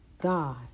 God